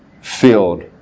filled